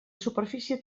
superfície